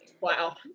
Wow